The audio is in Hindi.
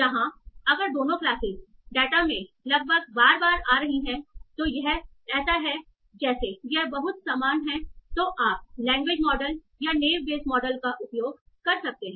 यहाँ अगर दोनों क्लासेस डेटा में लगभग बराबर बार आ रही है तो यह ऐसा है जैसे यह बहुत समान हैं तो आप लैंग्वेज मॉडल या नेव बेयस मॉडल का उपयोग कर सकते हैं